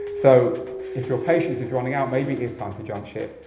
so if your patience is running out, maybe it's time to jump ship.